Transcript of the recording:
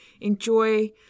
enjoy